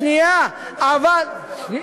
שנייה, חברים.